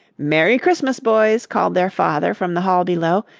merry christmas, boys, called their father from the hall below,